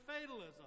fatalism